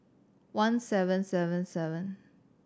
one seven seven seven